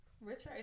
richard